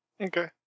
Okay